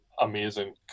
amazing